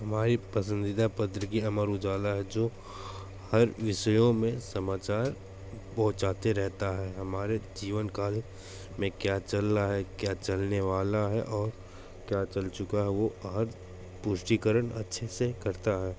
हमारी पसंदीदा पत्र की अमर उजाला है जो हर विषयों में समाचार पहुँचाते रहता है हमारे जीवन काल में क्या चल रहा है क्या चलने वाला है और क्या चल चुका है वह आज पुष्टिकरण अच्छे से करता है